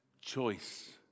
choice